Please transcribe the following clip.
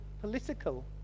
political